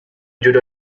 judo